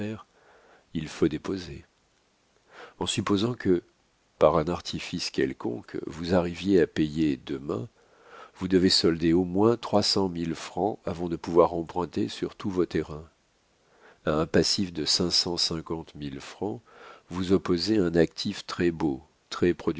il faut déposer en supposant que par un artifice quelconque vous arriviez à payer demain vous devez solder au moins trois cent mille francs avant de pouvoir emprunter sur tous vos terrains a un passif de cinq cent cinquante mille francs vous opposez un actif très-beau